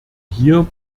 hier